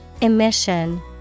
Emission